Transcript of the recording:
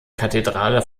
kathedrale